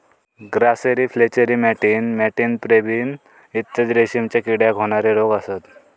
grasserie flacherie मॅटिन मॅटिन pebrine इत्यादी रेशीमच्या किड्याक होणारे रोग असत